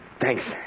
Thanks